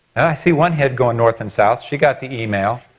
i see one head going north and south she got the email.